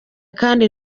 kandi